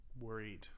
worried